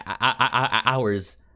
hours